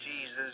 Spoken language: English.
Jesus